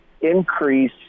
increase